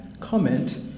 comment